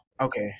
Okay